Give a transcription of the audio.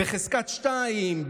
בחזקת שתיים,